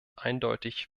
eindeutig